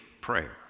prayer